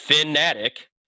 fanatic